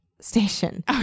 station